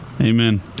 amen